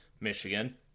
Michigan